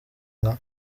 nka